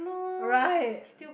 right